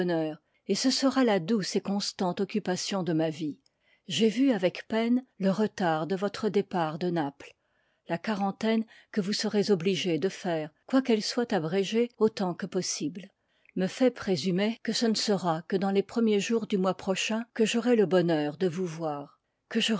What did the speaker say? et ce sera la douce et constante occupation de ma vie j'ai vu avec peine le retard de votre départ de naples la quarantaine que vous serez obligée de faire quoiqu'elle soit abrégée autant que possible me fait présumer que ce ne sera que dans les premiers jours liv i du mois prochain que j'aurai le bonheur de vous voir que je